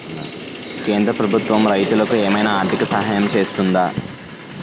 కేంద్ర ప్రభుత్వం రైతులకు ఏమైనా ఆర్థిక సాయం చేస్తుందా?